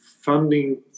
funding